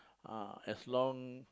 ah as long